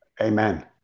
Amen